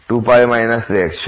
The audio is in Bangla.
সুতরাং এটি হ্রাস পায় 0